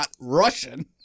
Russian